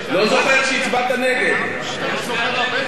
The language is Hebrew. אתה לא זוכר הרבה דברים, על כל פנים,